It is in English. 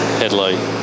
headlight